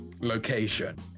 location